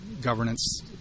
governance